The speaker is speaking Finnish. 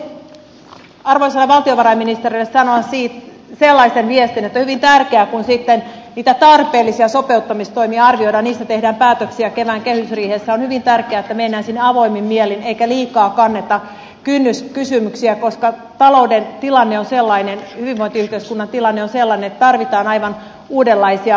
haluaisin arvoisalle valtiovarainministerille sanoa sellaisen viestin että on hyvin tärkeää kun sitten niitä tarpeellisia sopeuttamistoimia arvioidaan niistä tehdään päätöksiä kevään kehysriihessä että mennään sinne avoimin mielin eikä liikaa kanneta kynnyskysymyksiä koska talouden tilanne on sellainen hyvinvointiyhteiskunnan tilanne on sellainen että tarvitaan aivan uudenlaisia ratkaisuja